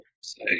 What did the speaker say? Say